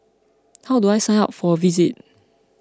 how do I sign up for a visit